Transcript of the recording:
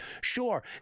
Sure